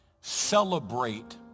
celebrate